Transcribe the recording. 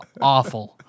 awful